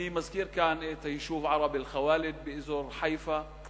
אני מזכיר כאן את היישוב ערב-אל-ח'וואלד באזור חיפה,